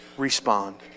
respond